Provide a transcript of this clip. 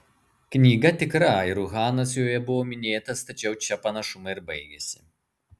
knyga tikra ir uhanas joje buvo minėtas tačiau čia panašumai ir baigiasi